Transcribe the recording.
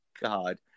God